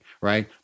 right